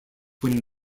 when